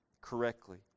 correctly